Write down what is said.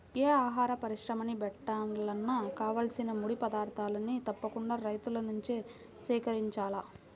యే ఆహార పరిశ్రమని బెట్టాలన్నా కావాల్సిన ముడి పదార్థాల్ని తప్పకుండా రైతుల నుంచే సేకరించాల